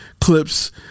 clips